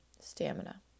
stamina